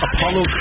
Apollo